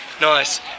nice